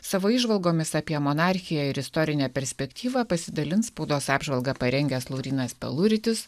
savo įžvalgomis apie monarchiją ir istorinę perspektyvą pasidalins spaudos apžvalgą parengęs laurynas peluritis